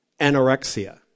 anorexia